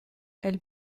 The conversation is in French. elle